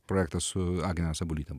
projektą su agne sabulyte